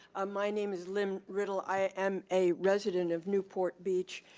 ah my name is lynne riddle, i am a resident of newport beach.